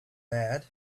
bad